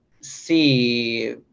see